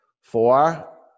Four